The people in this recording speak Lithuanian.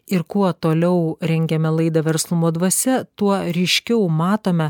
ir kuo toliau rengiame laidą verslumo dvasia tuo ryškiau matome